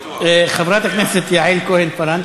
ו-3394.